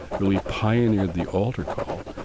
really pioneered the alter call.